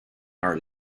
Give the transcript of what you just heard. are